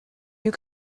you